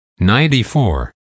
94